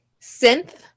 synth